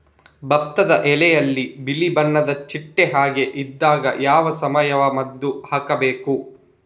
ಭತ್ತದ ಎಲೆಯಲ್ಲಿ ಬಿಳಿ ಬಣ್ಣದ ಚಿಟ್ಟೆ ಹಾಗೆ ಇದ್ದಾಗ ಯಾವ ಸಾವಯವ ಮದ್ದು ಹಾಕಬೇಕು?